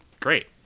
Great